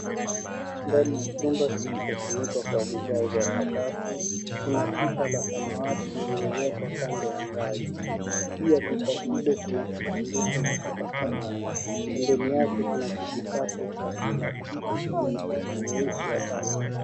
Ndani ya chumba kilichofunikwa kwa vigae za sakafu, kuna pipa la samawati lililowekwa kando ya ngazi. Chini ya pipa hilo kuna pipa kisanduku na pipa kadhaa. Pembeni yake kuna kijikapu cha plastiki chenye mfuko mweusi ya taka.